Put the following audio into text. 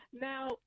Now